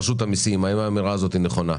נציגי רשות המיסים, האמירה הזו נכונה?